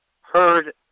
heard